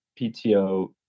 PTO